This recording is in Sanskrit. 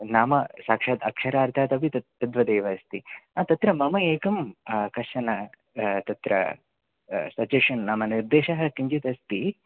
नाम साक्षात् अक्षरार्थात् अपि तद् तद्वद् एव अस्ति तत्र मम एकं कश्चन तत्र सज़ेशन् नाम निर्देशः किञ्चित् अस्ति